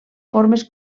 formes